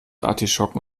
artischocken